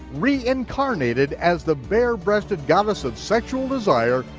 reincarnated as the bare-breasted goddess of sexual desire,